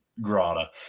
grotta